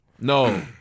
No